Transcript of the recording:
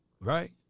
right